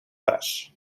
flash